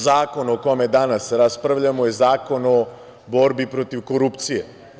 Zakon o kome danas raspravljamo je Zakon o borbi protiv korupcije.